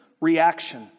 reaction